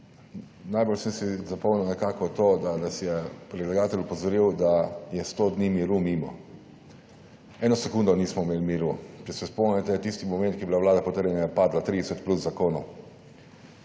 Najbolj sem si zapomnil nekako to, da nas je predlagatelj opozoril, da je 100 dni miru mimo. Eno sekundo nismo imeli miru. Če se spomnite, tisti moment, ki je bila Vlada potrjena je padlo 30 plus zakonov,